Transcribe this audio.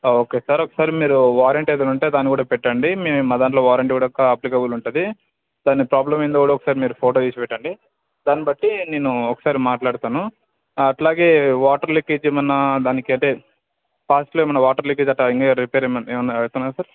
okay sir ఒకసారి మీరు warranty ఏదైన ఉంటే దాన్ని కూడా పెట్టండి మేము మా దాంట్లో వారంటీ కూడా క అప్లికబుల్ ఉంటుంది దాన్ని ప్రోబ్లం ఏందో ఒకసారి ఫోటో తీసి పెట్టండి దాన్నిబట్టి నేను ఒకసారి మాట్లాడుతాను అలాగే వాటర్ లీకేజ్ ఏమన్నదానికైతే ఫాస్ట్లో ఏమైన లీకేజ్ అట్ట అయినాయా రిపేర్ ఏమైన అయితున్నాయా సార్